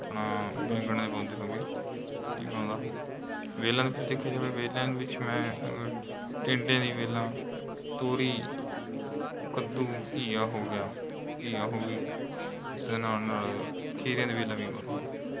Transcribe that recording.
ਆਪਣਾ ਬੈਂਗਣ ਦੇ ਪੌਦੇ ਹੋ ਗਏ ਉਗਾਉਂਦਾ ਹਾਂ ਵੇਲਾਂ ਦੇ ਵਿੱਚ ਦੇਖਿਆ ਜਾਵੇ ਵੇਲਾਂ ਦੇ ਵਿੱਚ ਮੈਂ ਟਿੰਡੇ ਦੀ ਵੇਲਾਂ ਤੋਰੀ ਕੱਦੂ ਘੀਆ ਹੋ ਗਿਆ ਘੀਆ ਹੋ ਗਈ ਉਸ ਦੇ ਨਾਲ਼ ਨਾਲ਼ ਖੀਰਿਆਂ ਦੀਆਂ ਵੇਲਾਂ ਵੀ ਉਗਾਉਂਦਾ ਹਾਂ